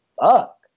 fuck